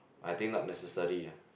I think not necessary ah